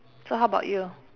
so how about you